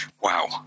wow